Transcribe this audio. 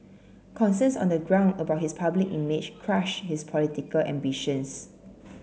concerns on the ground about his public image crushed his political ambitions